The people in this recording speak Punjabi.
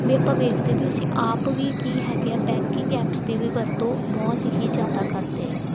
ਵੀ ਆਪਾਂ ਵੇਖਦੇ ਹਾਂ ਵੀ ਅਸੀਂ ਆਪ ਵੀ ਕੀ ਹੈਗੇ ਆ ਬੈਂਕਿੰਗ ਐਪਸ ਦੀ ਵੀ ਵਰਤੋਂ ਬਹੁਤ ਹੀ ਜ਼ਿਆਦਾ ਕਰਦੇ ਹੈਗੇ ਹਾਂ